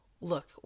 look